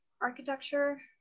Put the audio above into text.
architecture